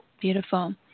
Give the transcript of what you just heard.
Beautiful